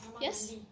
Yes